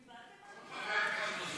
קיבלתם הזמנות?